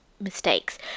mistakes